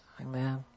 Amen